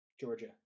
Georgia